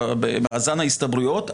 במאזן ההסתברויות,